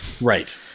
Right